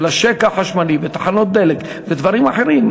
השקע החשמלי ותחנות הדלק ודברים אחרים,